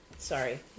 Sorry